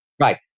Right